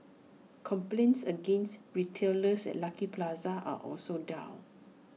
complaints against retailers at Lucky Plaza are also down